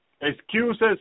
excuses